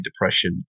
depression